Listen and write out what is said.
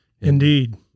Indeed